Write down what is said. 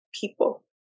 people